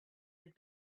had